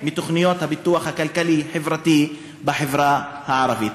הפיתוח הכלכלי-חברתי בחברה הערבית.